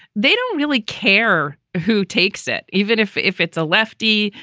they don't really care who takes it. even if if it's a lefty,